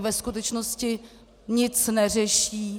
Ve skutečnosti nic neřeší.